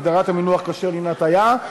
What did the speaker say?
הגדרת המינוח כשר לעניין הטעיה).